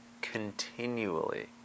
continually